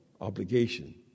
obligation